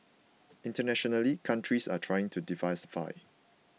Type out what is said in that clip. internationally countries are trying to diversify